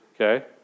okay